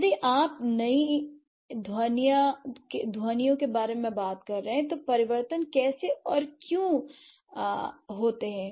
यदि आप नई ध्वनियों के बारे में बात कर रहे हैं तो परिवर्तन कैसे और क्यों होते हैं